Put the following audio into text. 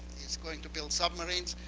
is going to build submarines,